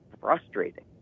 frustrating